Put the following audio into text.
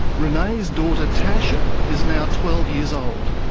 renee's daughter, tasha, is now twelve years old.